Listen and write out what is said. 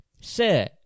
Sir